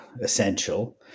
Essential